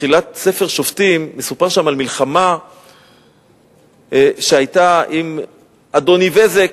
בתחילת ספר שופטים מסופר על מלחמה שהיתה עם אדוני בזק,